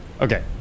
Okay